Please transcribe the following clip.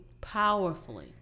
Powerfully